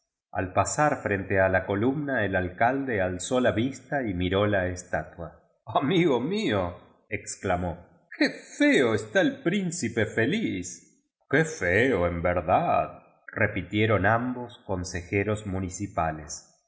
ai pasar frente a la colum na el alcalde alzó la vista y mkó la estatua amigo míol exclamó qué leo está el príncipe fellzl qué feo en verdad repitieron ambos con sejeros municipales